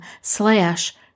slash